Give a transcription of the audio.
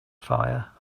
fire